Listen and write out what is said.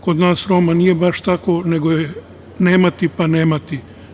Kod nas Roma nije baš tako, nego je nemati pa nemati.